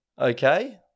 okay